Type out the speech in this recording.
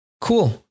cool